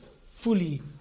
fully